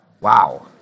Wow